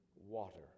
water